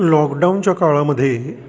लॉकडाऊनच्या काळामध्ये